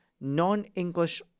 non-English